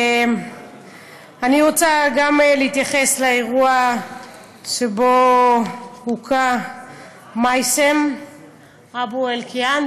אני רוצה להתייחס לאירוע שבו הוכה מייסם אבו אלקיעאן.